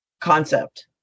concept